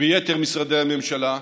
וביתר משרדי הממשלה,